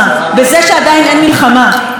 כל כך אנחנו ששים אלי קרב,